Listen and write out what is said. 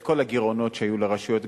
את כל הגירעונות שהיו לרשויות,